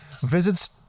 Visits